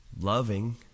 loving